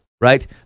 right